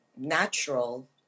natural